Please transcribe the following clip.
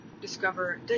discover